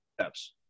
steps